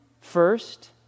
first